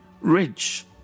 rich